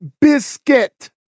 Biscuit